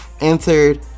Entered